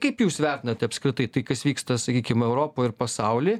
kaip jūs vertinate apskritai tai kas vyksta sakykim europoj ir pasauly